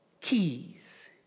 Keys